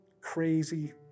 crazy